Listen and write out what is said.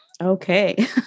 Okay